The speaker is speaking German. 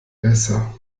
besser